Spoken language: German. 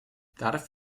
darf